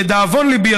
שלדאבון ליבי,